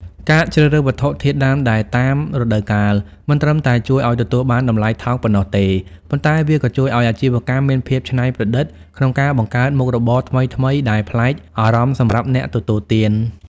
ការជ្រើសរើសវត្ថុធាតុដើមដែលតាមរដូវកាល មិនត្រឹមតែជួយឱ្យទទួលបានតម្លៃថោកប៉ុណ្ណោះទេ ប៉ុន្តែវាក៏ជួយឱ្យអាជីវកម្មមានភាពច្នៃប្រឌិតក្នុងការបង្កើតមុខម្ហូបថ្មីៗដែលប្លែកអារម្មណ៍សម្រាប់អ្នកទទួលទាន។